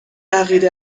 عقیده